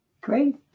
great